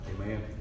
Amen